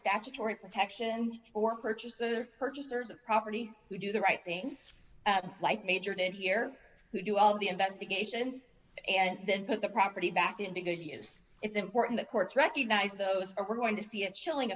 statutory protections or purchaser purchasers of property who do the right thing like major it here who do all the investigations and then put the property back in to good use it's important the courts recognize those are going to see a chilling